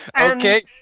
Okay